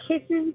kisses